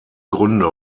gründe